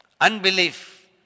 unbelief